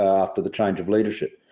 after the change of leadership.